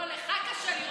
לא, לך קשה לראות את המראה.